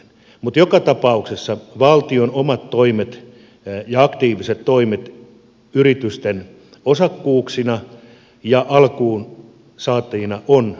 mutta joka tapauksessa valtion omat toimet ja aktiiviset toimet yritysten osakkuuksina ja alkuun saattajina ovat erittäin kannatettavia